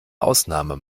ausnahme